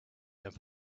and